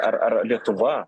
ar ar lietuva